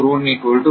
வும் 0